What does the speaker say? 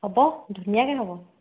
হ'ব ধুনীয়াকে হ'ব